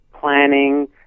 planning